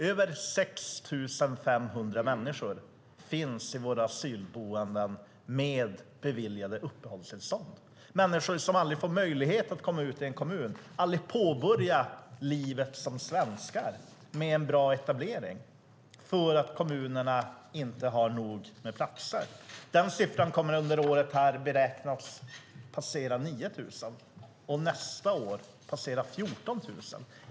Över 6 500 människor finns i våra asylboenden med beviljade uppehållstillstånd. Det är människor som aldrig får möjlighet att komma ut till en kommun, aldrig kan påbörja livet som svenskar med en bra etablering. Det beror på att kommunerna inte har nog med platser. Den siffran beräknas under året passera 9 000 och nästa år passera 14 000.